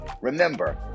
Remember